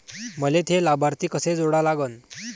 मले थे लाभार्थी कसे जोडा लागन?